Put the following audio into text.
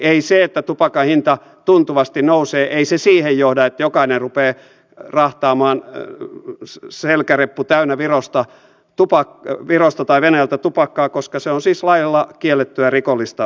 ei se että tupakan hinta tuntuvasti nousee siihen johda että jokainen rupeaa rahtaamaan selkäreppu täynnä virosta tai venäjältä tupakkaa koska se on siis lailla kiellettyä rikollista toimintaa